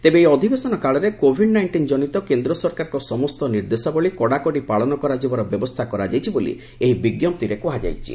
ତେବେ ଏହି ଅଧିବେଶନ କାଳରେ କୋଭିଡ୍ ନାଇଷ୍ଟିନ୍ ଜନିତ କେନ୍ଦ୍ର ସରକାରଙ୍କ ସମସ୍ତ ନିର୍ଦ୍ଦେଶାବଳୀ କଡ଼ାକଡ଼ି ପାଳନ କରାଯିବର ବ୍ୟବସ୍ଥା କରାଯାଇଛି ବୋଲି ଏହି ବିଞ୍ଜପ୍ତିରେ କୁହାଯାଇଛି